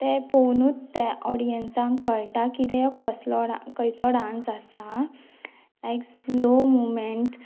तें पोवनूच ते ऑडियन्सांक कळटा किदेंय कसलो खंयचो डांस आसा लायक स्लो मुवमेंट